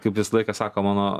kaip visą laiką sako mano